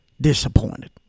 disappointed